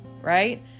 right